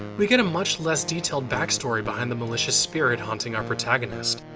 we get a much less detailed backstory behind the malicious spirit haunting our protagonist.